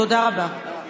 תודה רבה.